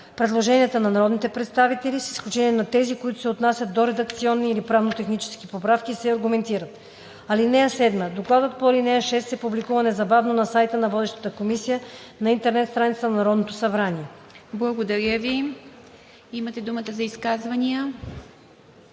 предложенията на народните представители, с изключение на тези, които се отнасят до редакционни или правно-технически поправки, се аргументират. (7) Докладът по ал. 6 се публикува незабавно на сайта на водещата комисия на интернет страницата на Народното събрание.“ ПРЕДСЕДАТЕЛ ИВА МИТЕВА: Благодаря Ви. Имате думата за изказвания.